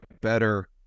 better